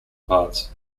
parts